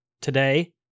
Today